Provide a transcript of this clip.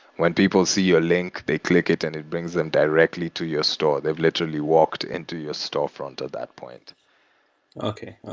when people see your link, they click it and it brings them directly to your store. they've literally walked into your storefront at that point okay.